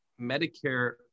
Medicare